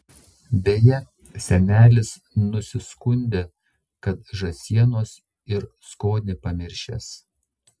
beje senelis nusiskundė kad žąsienos ir skonį pamiršęs